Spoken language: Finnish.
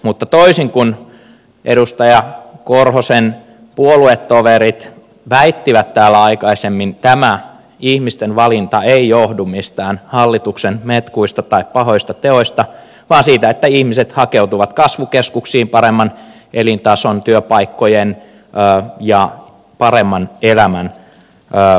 mutta toisin kuin edustaja korhosen puoluetoverit väittivät täällä aikaisemmin tämä ihmisten valinta ei johdu mistään hallituksen metkuista tai pahoista teoista vaan siitä että ihmiset hakeutuvat kasvukeskuksiin paremman elintason työpaikkojen ja paremman elämän ajamana